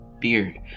beard